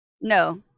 No